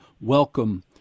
Welcome